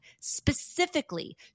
specifically